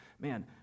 man